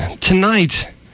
tonight